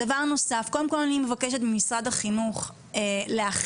דבר נוסף קודם כל אני מבקש ממשרד החינוך להכין,